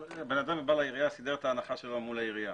אדם בא לעירייה, סידר את ההנחה שלו מול העירייה.